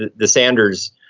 the the sanders